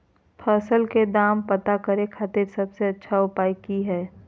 फसल के दाम पता करे खातिर सबसे अच्छा उपाय की हय?